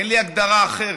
אין לי הגדרה אחרת,